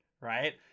right